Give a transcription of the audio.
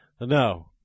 No